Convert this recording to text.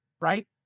Right